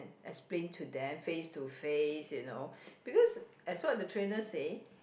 explain to them face to face you know